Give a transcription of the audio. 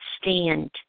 stand